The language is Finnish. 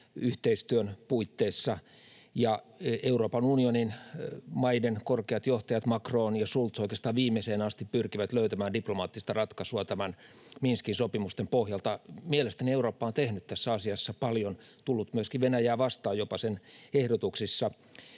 rajayhteistyön puitteissa. Euroopan unionin maiden korkeat johtajat Macron ja Scholz oikeastaan viimeiseen asti pyrkivät löytämään diplomaattista ratkaisua Minskin sopimusten pohjalta. Mielestäni Eurooppa on tehnyt tässä asiassa paljon, tullut myöskin Venäjää vastaan jopa sen ehdotuksissa,